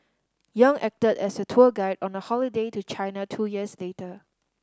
Yang acted as her tour guide on a holiday to China two years later